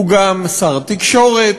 הוא גם שר התקשורת,